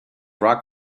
rock